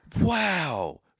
wow